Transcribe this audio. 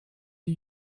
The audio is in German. die